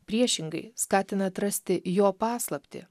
priešingai skatina atrasti jo paslaptį